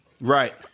Right